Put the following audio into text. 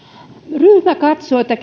ryhmä katsoo että